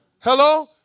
Hello